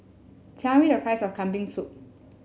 tell me the price of Kambing Soup